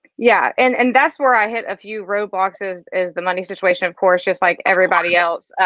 yeah, and and that's where i hit a few roadblocks is is the money situation of course just like everybody else.